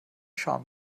scham